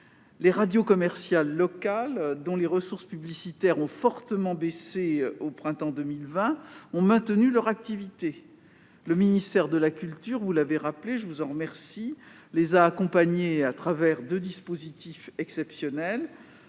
Les radios commerciales locales, dont les ressources publicitaires ont fortement baissé au printemps 2020, ont maintenu leur activité. Le ministère de la culture- comme vous l'avez rappelé, ce dont je vous remercie -les a accompagnées à travers deux dispositifs exceptionnels